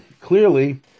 clearly